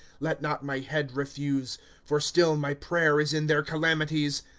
let not my head refuse for still, my prayer is in their calamities.